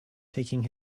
taking